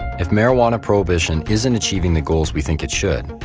if marijuana prohibition isn't achieving the goals we think it should,